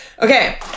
Okay